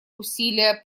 усилия